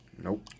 nope